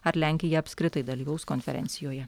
ar lenkija apskritai dalyvaus konferencijoje